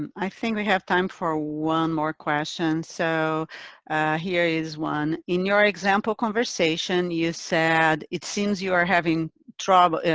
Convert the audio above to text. i think we have time for one more question. so here is one in your example conversation, you said it seems you are having trouble,